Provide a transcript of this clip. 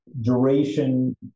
duration